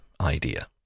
idea